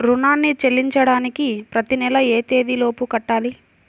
రుణాన్ని చెల్లించడానికి ప్రతి నెల ఏ తేదీ లోపు కట్టాలి?